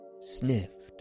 sniffed